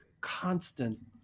constant